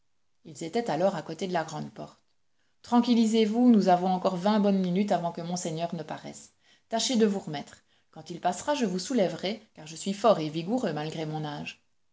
ils étaient alors à côté de la grande porte tranquillisez-vous nous avons encore vingt bonnes minutes avant que monseigneur ne paraisse tâchez de vous remettre quand il passera je vous soulèverai car je suis fort et vigoureux malgré mon âge